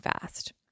fast